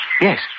Yes